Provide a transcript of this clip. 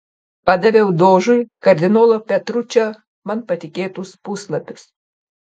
padaviau dožui kardinolo petručio man patikėtus puslapius